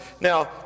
Now